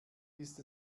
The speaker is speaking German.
ist